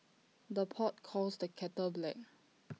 the pot calls the kettle black